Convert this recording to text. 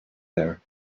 there